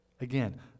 Again